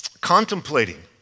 contemplating